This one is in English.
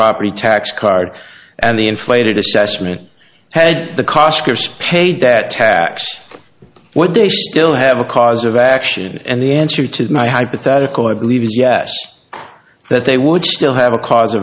property tax card and the inflated assessment head the cost of spade that tax what they still have a cause of action and the answer to my hypothetical i believe is yes that they would still have a cause